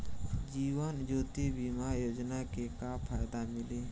जीवन ज्योति बीमा योजना के का फायदा मिली?